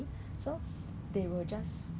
okay 你要有吃那些 hawker food lah